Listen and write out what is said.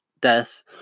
death